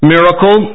miracle